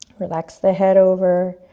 relax the head over,